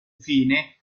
fine